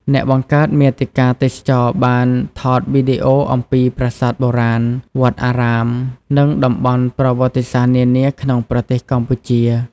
អ្នកបង្កើតមាតិកាទេសចរណ៍បានថតវីដេអូអំពីប្រាសាទបុរាណ វត្តអារាម និងតំបន់ប្រវត្តិសាស្ត្រនានាក្នុងប្រទេសកម្ពុជា។